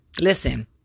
Listen